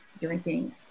drinking